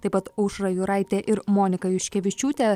taip pat aušra juraitė ir monika juškevičiūtė